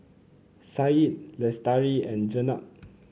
Syed Lestari and Jenab